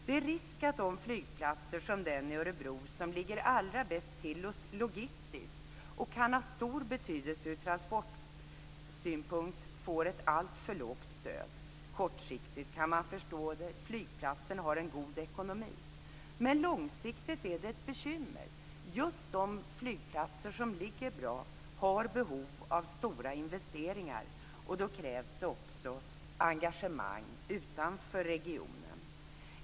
Det är risk att de flygplatser som ligger allra bäst till logistiskt och kan ha stor betydelse ur transportsynpunkt, som den i Örebro, får ett alltför litet stöd. Kortsiktigt kan man förstå det. Flygplatsen har en god ekonomi. Men långsiktigt är det ett bekymmer. Just de flygplatser som ligger bra har behov av stora investeringar, och då krävs det också engagemang utanför regionen.